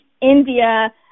India